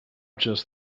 just